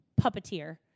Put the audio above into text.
puppeteer